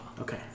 Okay